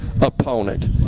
Opponent